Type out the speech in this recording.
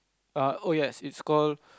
err oh yes it's called